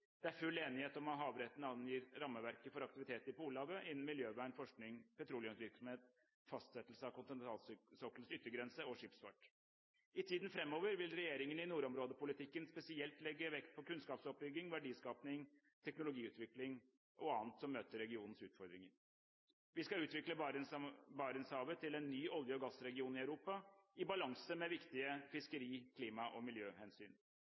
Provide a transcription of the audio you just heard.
Det er full enighet om at havretten angir rammeverket for aktivitet i Polhavet – innen miljøvern, forskning, petroleumsvirksomhet, fastsettelse av kontinentalsokkelens yttergrense og skipsfart. I tiden framover vil regjeringen i nordområdepolitikken spesielt legge vekt på kunnskapsoppbygging, verdiskaping, teknologiutvikling og annet som møter regionens utfordringer. Vi skal utvikle Barentshavet til en ny olje- og gassregion i Europa – i balanse med viktige fiskeri-, klima- og miljøhensyn.